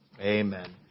amen